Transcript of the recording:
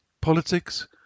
Politics